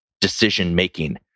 decision-making